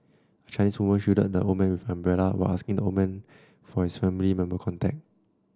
a Chinese woman shielded the old man with an umbrella while asking the old man for his family member contact